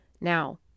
Now